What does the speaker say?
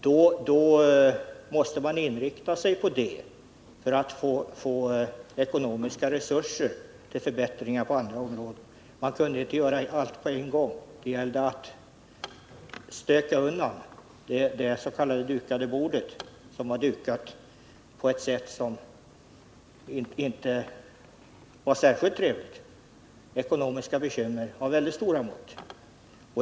Man måste inrikta sig på detta för att få ekonomiska resurser till förbättringar på andra områden. Man kunde inte göra allt på en gång. Det gällde att städa av det s.k. dukade bord som var dukat på ett sätt som inte var särskilt trevligt utan innebar ekonomiska bekymmer av mycket stora mått.